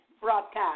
broadcast